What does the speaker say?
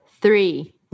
three